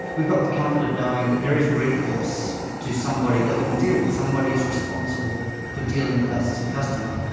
we've got the comfort of knowing that there is recourse to somebody that we can deal with, somebody is responsible for dealing with us as a customer.